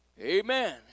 Amen